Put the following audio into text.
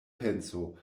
penso